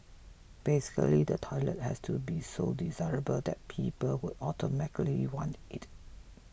basically the toilet has to be so desirable that people would automatically want it